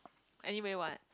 anyway what